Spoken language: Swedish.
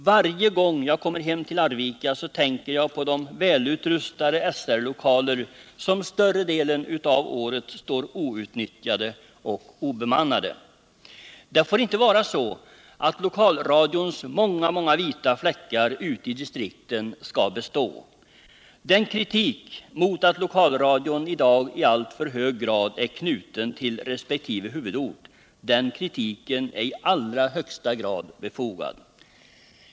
Varje gång jag kommer hem till Arvika tänker jag på de välutrustade SR-lokaler som större delen av året står outnyttjade och obemannade. Det får inte vara så, att lokalradions många vita fläckar ute i distrikten skall bestå. Kritiken mot att lokalradion i dag i alltför stor utsträckning är knuten till resp. huvudort är i allra högsta grad befogad.